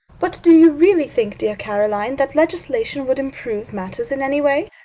but do you really think, dear caroline, that legislation would improve matters in any way?